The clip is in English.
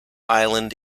island